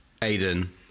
Aiden